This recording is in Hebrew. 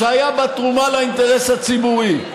שהייתה בה תרומה לאינטרס הציבורי.